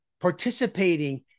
participating